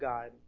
God